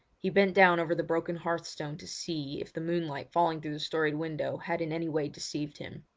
he bent down over the broken hearth-stone to see if the moonlight falling through the storied window had in any way deceived him.